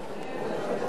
וואו.